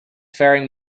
faring